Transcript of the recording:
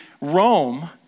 Rome